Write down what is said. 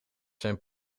zijn